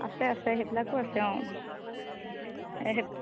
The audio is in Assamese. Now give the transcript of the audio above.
আছে আছে সেইবিলাকো আছে অঁ